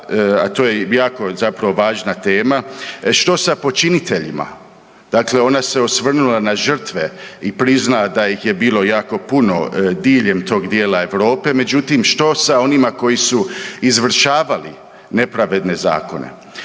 a to je jako zapravo važna tema, što sa počiniteljima? Dakle, ona se osvrnula na žrtve i prizna da ih je bilo jako puno diljem tog dijela Europe, međutim, što sa onima koji su izvršavali nepravedne zakone?